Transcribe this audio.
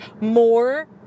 more